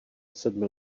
sedmi